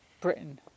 Britain